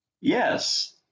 Yes